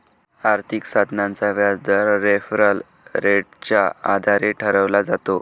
आर्थिक साधनाचा व्याजदर रेफरल रेटच्या आधारे ठरवला जातो